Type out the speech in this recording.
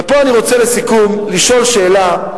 פה אני רוצה, לסיכום, לשאול שאלה.